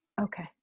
Okay